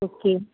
okay